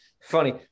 Funny